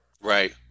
Right